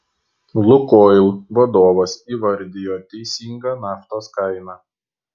lukoil vadovas įvardijo teisingą naftos kainą